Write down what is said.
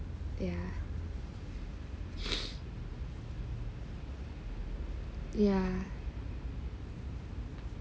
yeah yeah